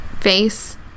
face